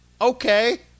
Okay